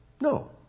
No